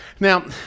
Now